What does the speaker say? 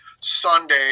Sunday